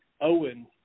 Owen